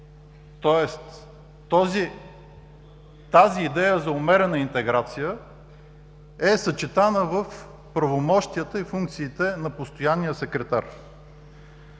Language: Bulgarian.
Тоест тази идея за умерена интеграция е съчетана в правомощията и функциите на постоянния секретар.